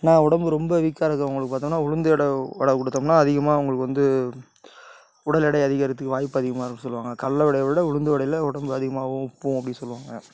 ஏன்னால் உடம்பு ரொம்ப வீக்காக இருக்கிறவங்களுக்கு பார்த்தோன்னா உளுந்து வடை வடை கொடுத்தோம்னா அதிகமாக அவங்களுக்கு வந்து உடல் எடை அதிகரிக்கிறதுக்கு வாய்ப்பு அதிகமாக இருக்குன்னு சொல்லுவாங்க கடல வடைய விட உளுந்து வடையில் உடம்பு அதிகமாக உப்பும் அப்படின்னு சொல்லுவாங்கள்